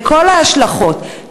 לכל ההשלכות,